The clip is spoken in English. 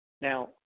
now